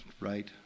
right